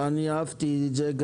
אהבתי את זה.